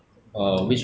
yes ya ya that [one]